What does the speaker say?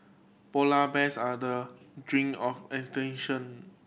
polar bears are the drink of extinction